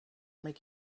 make